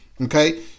Okay